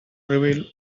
reveal